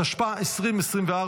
התשפ"ה 2024,